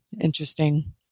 interesting